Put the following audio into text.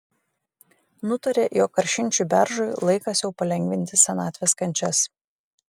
nutarė jog karšinčiui beržui laikas jau palengvinti senatvės kančias